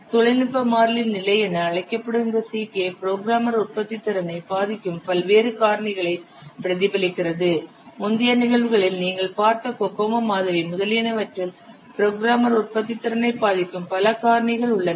தொழில்நுட்ப மாறிலியின் நிலை என அழைக்கப்படும் இந்த Ck புரோகிராமர் உற்பத்தித்திறனை பாதிக்கும் வெவ்வேறு காரணிகளை பிரதிபலிக்கிறது முந்தைய நிகழ்வுகளில் நீங்கள் பார்த்த கோகோமோ மாதிரி முதலியனவற்றில் புரோகிராமர் உற்பத்தித்திறனை பாதிக்கும் பல காரணிகள் உள்ளன